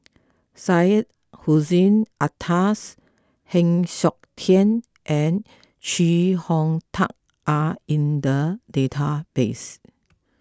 Syed Hussein Alatas Heng Siok Tian and Chee Hong Tat are in the database